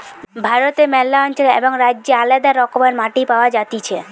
ভারতে ম্যালা অঞ্চলে এবং রাজ্যে আলদা রকমের মাটি পাওয়া যাতিছে